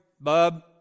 bub